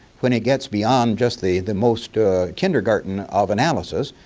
when it gets beyond just the the most kindergarten of analysis,